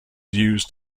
used